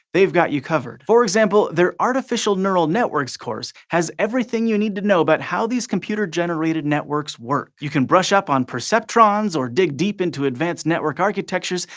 they've got you covered. for example, their artificial neural networks course has everything you need to know about how these computer-generated networks work. you can brush up on perceptrons or dig deep into advanced network architectures,